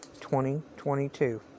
2022